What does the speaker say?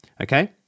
Okay